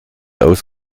aus